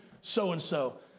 so-and-so